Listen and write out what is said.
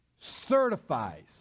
certifies